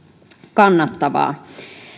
kannattavaa